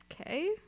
okay